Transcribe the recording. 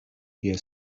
tie